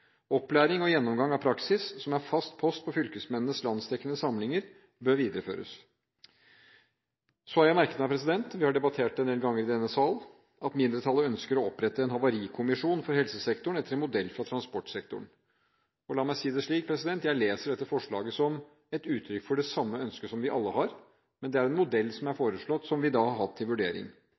Opplæring og gjennomgang av praksis, som er fast post på fylkesmennenes landsdekkende samlinger, bør videreføres. Jeg har merket meg – vi har debattert det en del ganger i denne salen – at mindretallet ønsker å opprette en «havarikommisjon» for helsesektoren etter en modell fra transportsektoren. La meg si det slik: Jeg leser dette forslaget som et uttrykk for det samme ønsket vi alle har, men det er en modell som er foreslått som vi har hatt til vurdering.